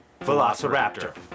Velociraptor